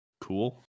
Cool